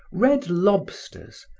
red lobsters,